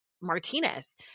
Martinez